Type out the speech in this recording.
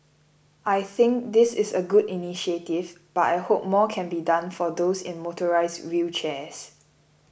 I think this is a good initiative but I hope more can be done for those in motorised wheelchairs